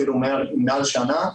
אפילו מעל לשנה.